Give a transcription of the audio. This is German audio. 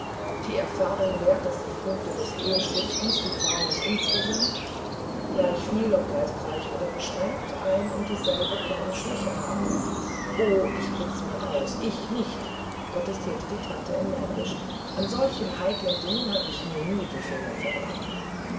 die erfahrung lehrt daß im punkt des ehestiftens die frauen insgesamt gleichviel ob geistreich oder beschränkt ein und dieselbe kleine schwäche haben o ich bitte mir's aus ich nicht protestierte die tante energisch an solchen heiklen dingen hab ich mir nie die finger verbrannt